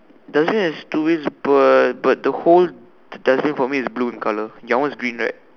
does it have two ways but but the whole dustbin for me is blue in colour yours in green right